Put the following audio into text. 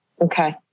Okay